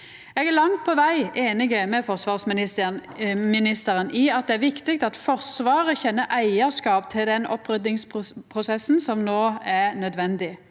Eg er langt på veg einig med forsvarsministeren i at det er viktig at Forsvaret kjenner eigarskap til den oppryddingsprosessen som no er nødvendig.